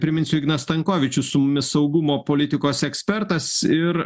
priminsiu ignas stankovičius su mumis saugumo politikos ekspertas ir